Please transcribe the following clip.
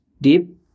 deep